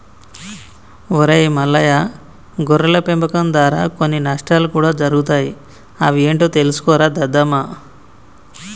ఒరై మల్లయ్య గొర్రెల పెంపకం దారా కొన్ని నష్టాలు కూడా జరుగుతాయి అవి ఏంటో తెలుసుకోరా దద్దమ్మ